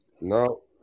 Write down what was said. no